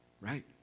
right